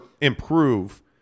improve